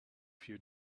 few